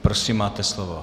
Prosím, máte slovo.